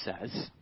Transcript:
says